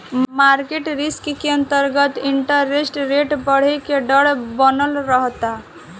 market risk के अंतरगत interest rate बरहे के डर बनल रहता